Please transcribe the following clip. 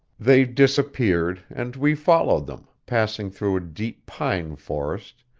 they disappeared, and we followed them, passing through a deep pine forest,